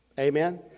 Amen